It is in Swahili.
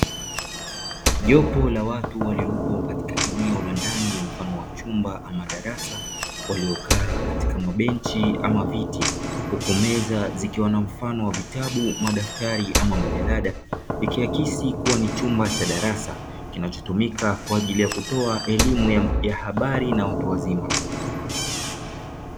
Jopo la watu waliopo katika eneo la ndani mfano wa chumba ama darasa waliokaa katika mabenchi ama viti huku meza zikiwa na mfano wa vitabu, madaftari ama majalada. Ikiakisi kuwa ni chumba cha darasa kinachotumika kwa ajili ya kutoa elimu ya habari na watu wazima.